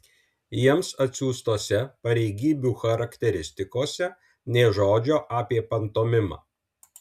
jiems atsiųstose pareigybių charakteristikose nė žodžio apie pantomimą